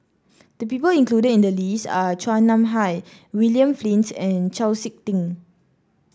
the people included in the list are Chua Nam Hai William Flint and Chau SiK Ting